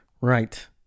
Right